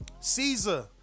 Caesar